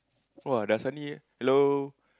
!wah! dah asal ni hello